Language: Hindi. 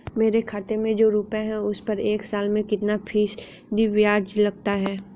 मेरे खाते में जो रुपये हैं उस पर एक साल में कितना फ़ीसदी ब्याज लगता है?